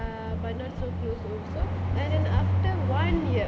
uh but not so close also and then after one year